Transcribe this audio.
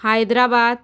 Hyderabad